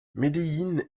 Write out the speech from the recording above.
medellín